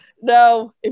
no